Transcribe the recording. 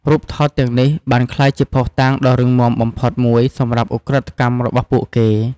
រូបថតទាំងនេះបានក្លាយជាភស្តុតាងដ៏រឹងមាំបំផុតមួយសម្រាប់ឧក្រិដ្ឋកម្មរបស់ពួកគេ។